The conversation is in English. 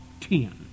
ten